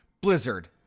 Blizzard